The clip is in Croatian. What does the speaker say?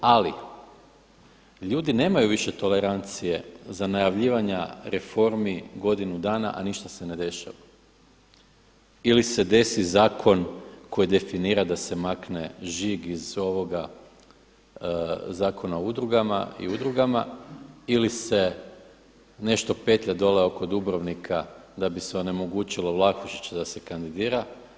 Ali ljudi više nemaju tolerancije za najavljivanja reformi godinu danas a ništa se ne dešava ili se desi zakon koji definira da se makne žig iz ovoga Zakona o udrugama i udrugama, ili se nešto petlja dole oko Dubrovnika da bi se onemogućilo Vlahušiću da se kandidira.